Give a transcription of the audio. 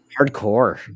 Hardcore